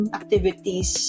activities